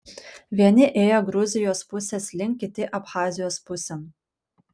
vieni ėjo gruzijos pusės link kiti abchazijos pusėn